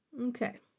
Okay